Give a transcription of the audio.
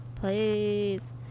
Please